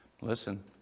Listen